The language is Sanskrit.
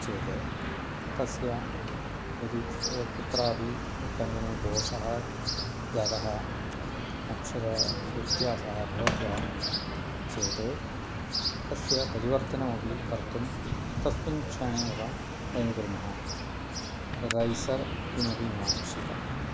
चेद् तस्य यदि कुत्रापि उट्टङ्कने दोषः जातः अक्षरव्यत्यासः अभवत् वा चेत् तस्य परिवर्तनमपि कर्तुं तस्मिन् क्षणे एव वयं कुर्मः रैसर् किमपि न आवश्यकम्